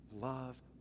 love